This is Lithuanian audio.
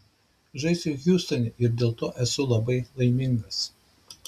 žaisiu hjustone ir dėl to esu labai laimingas